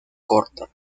corta